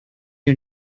you